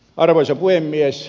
arvoisa puhemies